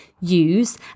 use